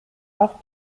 auch